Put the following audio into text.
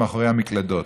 מאחורי המקלדות.